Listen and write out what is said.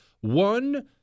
One